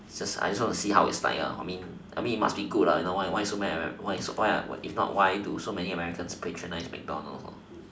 just I just want to see how it's like I mean I mean it must be good if not why so many why why if not why do so many Americans patronise mcdonald